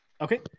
okay